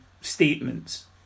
statements